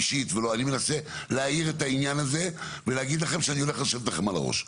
אני מנסה להאיר את העניין הזה ולהגיד לכם שאני הולך לשבת לכם על הראש.